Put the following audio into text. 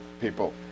people